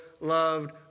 loved